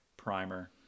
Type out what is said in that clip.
primer